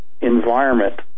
environment